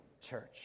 church